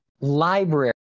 library